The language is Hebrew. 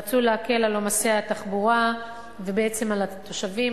רצו להקל על עומסי התחבורה ובעצם על התושבים,